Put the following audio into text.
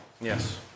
Yes